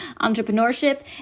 entrepreneurship